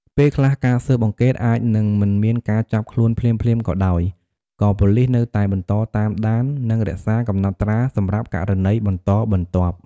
ពេលខ្លះ ការស៊ើបអង្កេតអាចនឹងមិនមានការចាប់ខ្លួនភ្លាមៗក៏ដោយ ក៏ប៉ូលិសនៅតែបន្តតាមដាន និងរក្សាកំណត់ត្រាសម្រាប់ករណីបន្តបន្ទាប់។